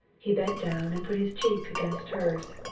he bent down and put his cheek against hers.